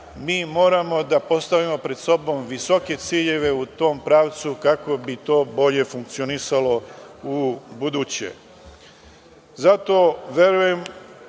Mi moramo da postavimo pred sobom visoke ciljeve u tom pravcu kako bi to bolje funkcionisalo ubuduće. Zato verujem